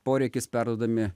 poreikis perduodami